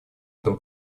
этом